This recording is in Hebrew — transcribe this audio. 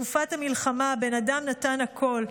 בתקופת המלחמה הבן אדם נתן הכול.